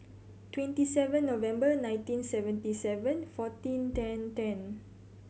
twenty seven November nineteen seventy seven fourteen ten ten